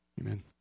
Amen